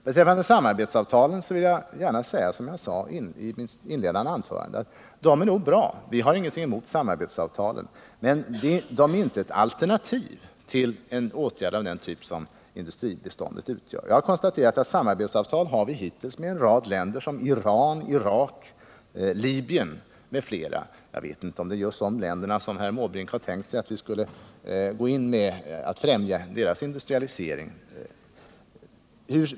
Beträffande samarbetsavtalen vill jag gärna upprepa vad jag sade i mitt inledande anförande, nämligen att de är bra och att vi inte har något emot dem. Men de är inget alternativ till en åtgärd av den typ som industribiståndet utgör. Jag har konstaterat att vi har samarbetsavtal med länder som Iran, Irak, Libyen m.fl. Jag vet inte om det är dessa länders industrialisering som Bertil Måbrink har tänkt sig att vi skall främja.